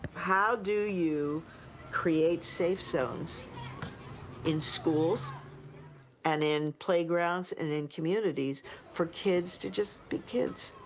how do you create safe zones in schools and in playgrounds and in communities for kids to just be kids?